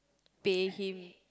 pay him